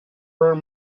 were